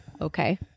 Okay